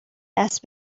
دست